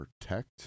protect